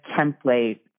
template